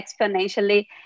exponentially